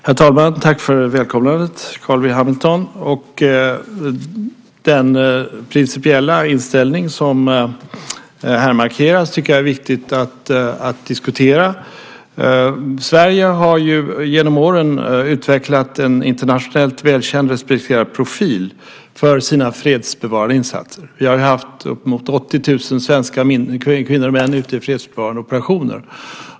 Herr talman! Jag vill tacka Carl B Hamilton för välkomnandet. Den principiella inställning som markeras tycker jag är viktig att diskutera. Sverige har genom åren utvecklat en internationellt välkänd och respekterad profil för sina fredsbevarande insatser. Vi har haft upp emot 80 000 svenska kvinnor och män i fredsbevarande operationer.